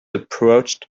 approached